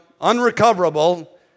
unrecoverable